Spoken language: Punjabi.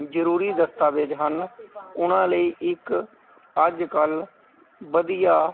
ਜ਼ਰੂਰੀ ਦਸਤਾਵੇਜ਼ ਹਨ ਉਹਨਾਂ ਲਈ ਇੱਕ ਅੱਜ ਕੱਲ੍ਹ ਵਧੀਆ